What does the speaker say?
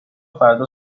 فردا